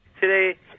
today